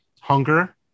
hunger